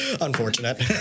Unfortunate